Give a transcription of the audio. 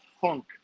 funk